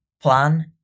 plan